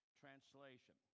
translation